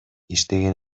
иштеген